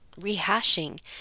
rehashing